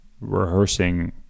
rehearsing